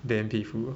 damn 佩服